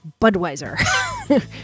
Budweiser